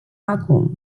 acum